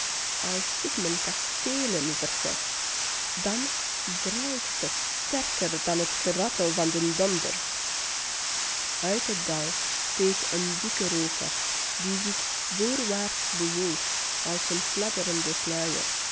als ik mijn kasteelen verzet dan druischt het sterker dan het geratel van den donder uit het dal steeg een dikke rook op die zich voorwaarts bewoog als een fladderende sluier